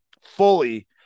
fully